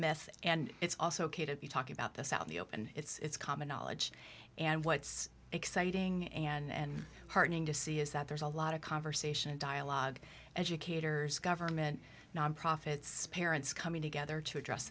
myth and it's also ok to be talking about this out the open it's common knowledge and what's exciting and heartening to see is that there's a lot of conversation dialogue educators government nonprofits parents coming together to address